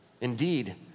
Indeed